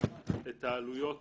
העלויות